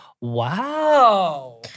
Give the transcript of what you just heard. Wow